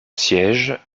siège